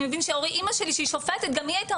מבין שאמא שלי שהיא שופטת גם היא הייתה